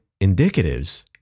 indicatives